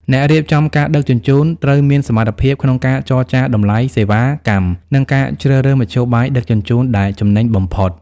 អ្នករៀបចំការដឹកជញ្ជូន ត្រូវមានសមត្ថភាពក្នុងការចរចាតម្លៃសេវាកម្ម និងការជ្រើសរើសមធ្យោបាយដឹកជញ្ជូនដែលចំណេញបំផុត។